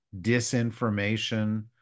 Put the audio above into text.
disinformation